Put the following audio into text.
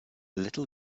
little